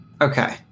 Okay